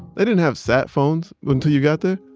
they didn't have sat phones until you got there?